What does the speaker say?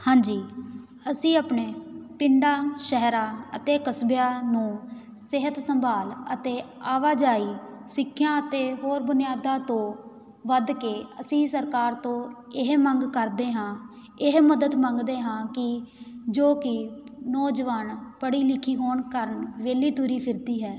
ਹਾਂਜੀ ਅਸੀਂ ਆਪਣੇ ਪਿੰਡਾਂ ਸ਼ਹਿਰਾਂ ਅਤੇ ਕਸਬਿਆਂ ਨੂੰ ਸਿਹਤ ਸੰਭਾਲ ਅਤੇ ਆਵਾਜਾਈ ਸਿੱਖਿਆ ਅਤੇ ਹੋਰ ਬੁਨਿਆਦਾਂ ਤੋਂ ਵੱਧ ਕੇ ਅਸੀਂ ਸਰਕਾਰ ਤੋਂ ਇਹ ਮੰਗ ਕਰਦੇ ਹਾਂ ਇਹ ਮਦਦ ਮੰਗਦੇ ਹਾਂ ਕਿ ਜੋ ਕਿ ਨੌਜਵਾਨ ਪੜ੍ਹੀ ਲਿਖੀ ਹੋਣ ਕਾਰਨ ਵਿਹਲੀ ਤੁਰੀ ਫਿਰਦੀ ਹੈ